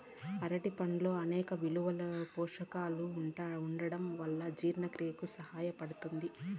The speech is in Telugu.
అరటి పండ్లల్లో అనేక విటమిన్లు, పోషకాలు ఉండటం వల్ల జీవక్రియకు సహాయపడుతాది